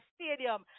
Stadium